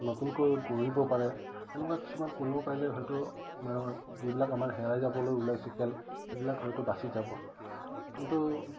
নতুনকৈ গঢ়িব পাৰে এনেকুৱা কিছুমান কৰিব পাৰিলে হয়তো আমা যিবিলাক আমাৰ হেৰাই যাবলৈ ওলাইছে খেল সেইবিলাক হয়তো বাচি যাব কিন্তু